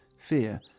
fear